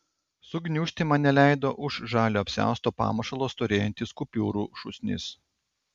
sugniužti man neleido už žalio apsiausto pamušalo storėjantis kupiūrų šūsnis